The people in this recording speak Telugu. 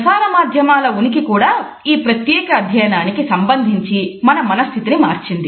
ప్రసార మాధ్యమాల ఉనికి కూడా ఈ ప్రత్యేకమైన అధ్యయనానికి సంబంధించి మన మనస్థితిని మార్చింది